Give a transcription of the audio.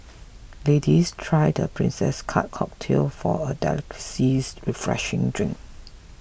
ladies try the Princess Cut cocktail for a delicate sees refreshing drink